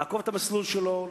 לעקוב אחרי המסלול שלו,